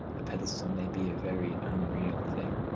a pedestal may be a very unreal thing.